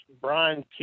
Brian